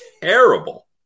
terrible